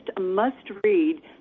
must-read